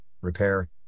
repair